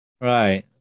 Right